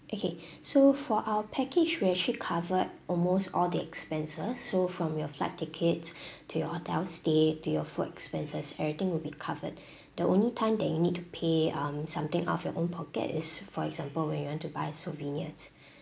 okay so for our package we actually cover almost all the expenses so from your flight tickets to your hotel stay to your food expenses everything will be covered the only time that you need to pay um something out of your own pocket is for example when you want to buy souvenirs